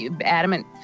adamant